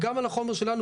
וגם על החומר שלנו,